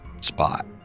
spot